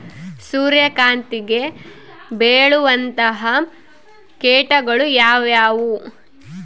ಸೂರ್ಯಕಾಂತಿಗೆ ಬೇಳುವಂತಹ ಕೇಟಗಳು ಯಾವ್ಯಾವು?